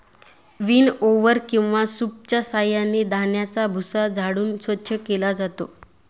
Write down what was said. विनओवर किंवा सूपच्या साहाय्याने धान्याचा भुसा झाडून स्वच्छ केला जातो